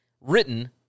written